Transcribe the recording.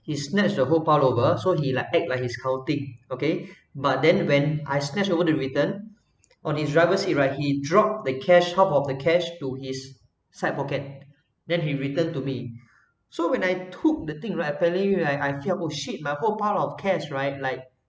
he snatched a whole pile over so he like act like he's counting okay but then when I snatch over to return on his drivers seat right he dropped the cash half of the cash to his side pocket then he returned to me so when I took the thing right apparently I felt oh shit my whole pile of cash right like